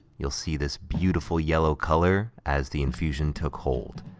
you'll see this beautiful yellow color as the infusion took hold.